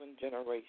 generations